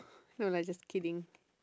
no lah just kidding